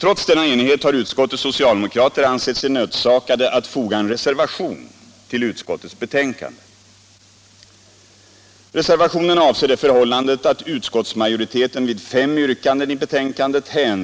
Trots denna enighet har utskottets socialdemokrater ansett sig nödsakade att foga en reservation till utskottets betänkande.